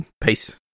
Peace